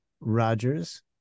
Rogers